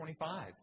25